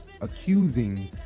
accusing